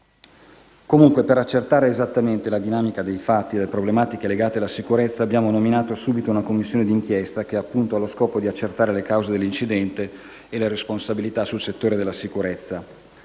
inchiesta. Per accertare esattamente la dinamica dei fatti e le problematiche legate alla sicurezza abbiamo subito nominato una commissione di inchiesta, che ha lo scopo di accertare le cause dell'incidente e le responsabilità nel settore della sicurezza